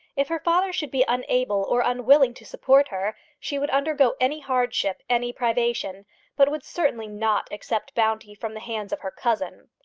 if her father should be unable or unwilling to support her, she would undergo any hardship, any privation but would certainly not accept bounty from the hands of her cousin.